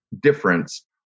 difference